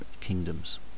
kingdoms